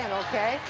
and okay.